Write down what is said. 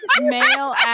male